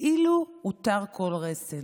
כאילו הותר כל רסן.